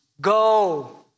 Go